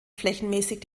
flächenmäßig